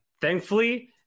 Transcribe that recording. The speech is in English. thankfully